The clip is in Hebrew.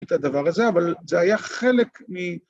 ‫את הדבר הזה, אבל זה היה חלק מ...